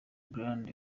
grand